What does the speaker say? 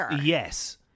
Yes